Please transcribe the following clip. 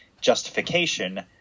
justification